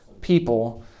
people